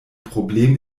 problem